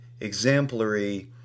exemplary